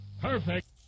Perfect